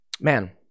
man